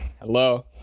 Hello